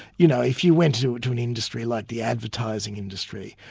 you know, if you went to to an industry like the advertising industry,